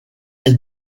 est